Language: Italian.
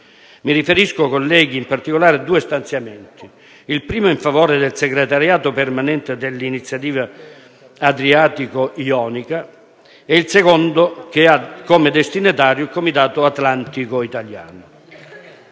Mi riferisco, colleghi, in particolare a due stanziamenti: il primo in favore del Segretariato permanente dell'Iniziativa adriatico-ionica e il secondo che ha come destinatario il Comitato atlantico italiano.